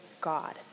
God